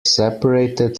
separated